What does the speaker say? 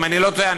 אם אני לא טועה,